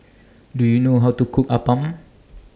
Do YOU know How to Cook Appam